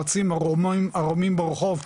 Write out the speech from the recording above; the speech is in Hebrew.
רצים ערומים ברחוב,